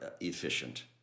efficient